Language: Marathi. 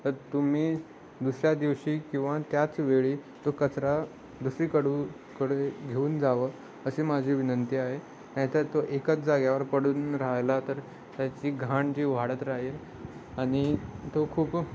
तर तुम्ही दुसऱ्या दिवशी किंवा त्याच वेळी तो कचरा दुसरीकडून कडे घेऊन जावं अशी माझी विनंती आहे नाही तर तो एकच जाग्यावर पडून राहायला तर त्याची घाण जी वाढत राहील आणि तो खूप